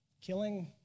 killing